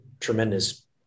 tremendous